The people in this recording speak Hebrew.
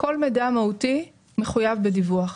כל מידע מהותי מחויב בדיווח.